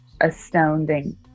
astounding